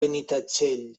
benitatxell